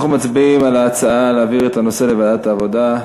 אנחנו מצביעים על ההצעה להעביר את הנושא לוועדת העבודה.